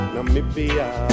Namibia